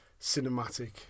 cinematic